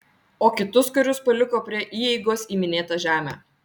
o kitus karius paliko prie įeigos į minėtą žemę